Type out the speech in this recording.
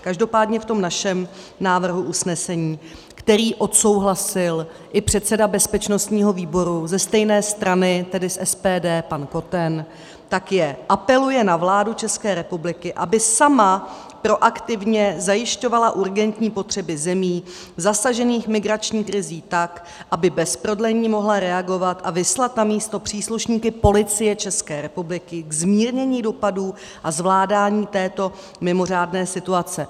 Každopádně v našem návrhu usnesení, které odsouhlasil i předseda bezpečnostního výboru ze stejné strany, tedy z SPD, pan Koten, tak apeluje na vládu České republiky, aby sama proaktivně zajišťovala urgentní potřeby zemí zasažených migrační krizí tak, aby bez prodlení mohla reagovat a vyslat na místo příslušníky Policie České republiky k zmírnění dopadů a zvládání této mimořádné situace.